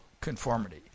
conformity